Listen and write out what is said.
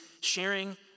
sharing